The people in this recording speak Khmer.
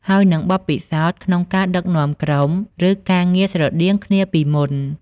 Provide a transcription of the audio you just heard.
ហើយនិងបទពិសោធន៍ក្នុងការដឹកនាំក្រុម ឬការងារស្រដៀងគ្នាពីមុន។